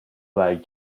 like